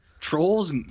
Trolls